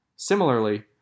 Similarly